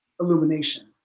illumination